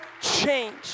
change